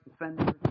defender